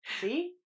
See